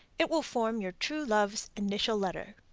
it will form your true love's initial letter.